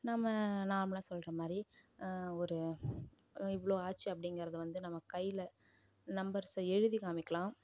நம்ம நார்மலாக சொல்கிற மாதிரி ஒரு இவ்வளோ ஆச்சு அப்படிங்கறது வந்து நம்ம கையில் நம்பர்ஸை எழுதி காமிக்கலாம்